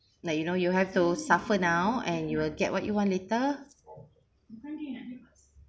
like you know you have to suffer now and you will get what you want later